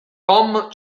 tom